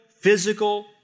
physical